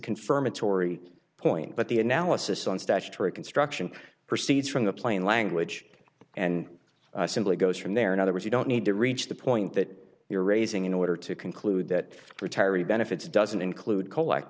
confirmatory point but the analysis on statutory construction proceeds from the plain language and simply goes from there in other words you don't need to reach the point that you're raising in order to conclude that retiree benefits doesn't include collect